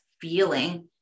feeling